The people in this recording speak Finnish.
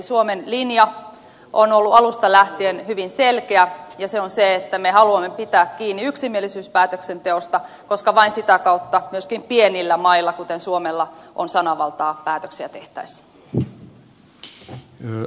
suomen linja on ollut alusta lähtien hyvin selkeä ja se on se että me haluamme pitää kiinni yksimielisyyspäätöksenteosta koska vain sitä kautta myöskin pienillä mailla kuten suomella on sananvaltaa päätöksiä tehtäessä